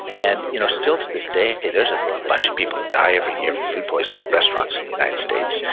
and you know still to this day there's a ah bunch of people that die every year from food poisoning at restaurants in the united states.